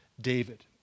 David